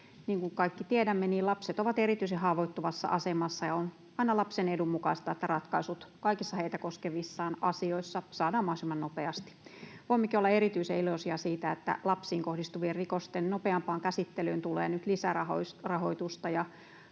kuin kaikki tiedämme, niin lapset ovat erityisen haavoittuvassa asemassa ja on aina lapsen edun mukaista, että ratkaisut kaikissa heitä koskevissa asioissa saadaan mahdollisimman nopeasti. Voimmekin olla erityisen iloisia siitä, että lapsiin kohdistuvien rikosten nopeampaan käsittelyyn tulee nyt lisärahoitusta